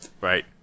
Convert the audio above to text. Right